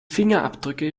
fingerabdrücke